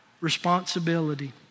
responsibility